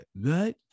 right